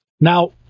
Now